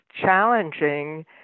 challenging